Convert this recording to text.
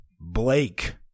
Blake